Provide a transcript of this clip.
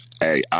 Hey